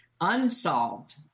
unsolved